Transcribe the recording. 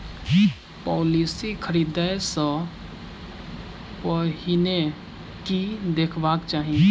Policy खरीदै सँ पहिने की देखबाक चाहि?